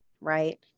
right